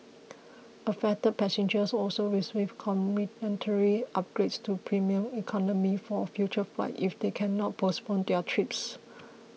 affected passengers will also receive complimentary upgrades to premium economy for future flights if they cannot postpone their trips